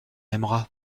aimera